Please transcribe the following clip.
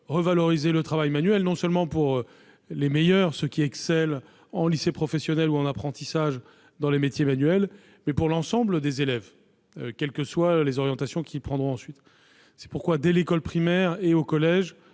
revaloriser le travail manuel, non seulement pour les meilleurs, pour ceux qui excellent en lycée professionnel ou en apprentissage dans les métiers manuels, mais aussi pour l'ensemble des élèves, quelles que soient les orientations qu'ils prendront ensuite. C'est pourquoi dès l'école primaire et au collège